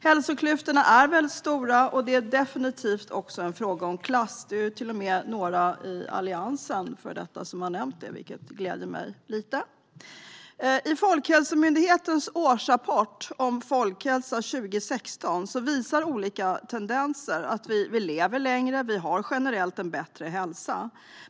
Hälsoklyftorna är väldigt stora, och det är definitivt också en fråga om klass. Det är till och med några i före detta Alliansen som har nämnt det, vilket gläder mig lite. Folkhälsomyndighetens årsrapport Folkhälsan i Sverige 2016 visar olika tendenser. Vi lever längre, och vi har generellt en bättre hälsa.